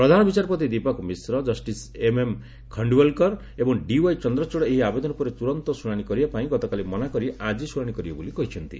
ପ୍ରଧାନ ବିଚାରପତି Dipak Misra justice A M Khanwilkar ଏବଂ D Y Chandrachud ଏହି ଆବେଦନ ଉପରେ ତୁରନ୍ତ ଶୁଣାଣି କରିବା ପାଇଁ ଗତକାଲି ମନା କରି ଆଜି ଶୁଣାଣି କରିବେ ବୋଲି କହିଥିଲେ